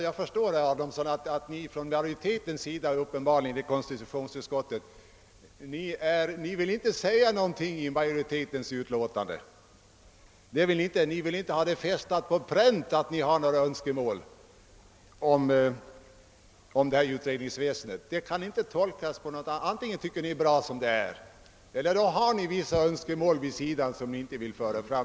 Jag förstår, herr Adamsson, att konstitutionsutskottets majoritet inte vill ha fästat på pränt några önskemål om utredningsväsendet. Antingen tycker ni att allt är bra som det är, eller också har ni vissa önskemål vid sidan om som ni inte vill framföra.